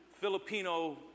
Filipino